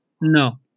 No